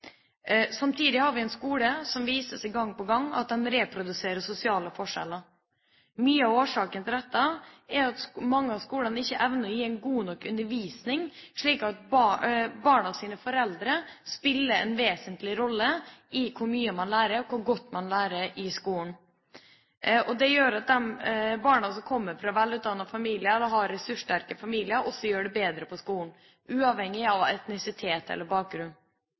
Samtidig har vi en skole som gang på gang viser at den reproduserer sosiale forskjeller. Mye av årsaken til dette er at mange av skolene ikke evner å gi en god nok undervisning, slik at barnas foreldre spiller en vesentlig rolle for hvor mye man lærer, og hvor godt man lærer i skolen. Det gjør at de barna som kommer fra velutdannede familier og har ressurssterke familier, også gjør det bedre på skolen, uavhengig av etnisitet eller bakgrunn.